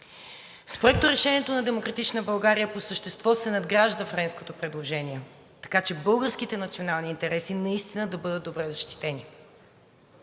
С Проекторешението на „Демократична България“ по същество се надгражда френското предложение, така че българските национални интереси наистина да бъдат добре защитени.